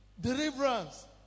deliverance